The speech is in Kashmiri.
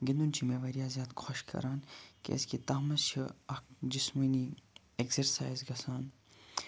گِنٛدُن چھُ مےٚ واریاہ زیادٕ خۄش کَران کیٛازکہِ تَتھ مَنٛز چھِ اکھ جِسمٲنی ایٚکزرسایِز گَژھان